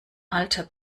alter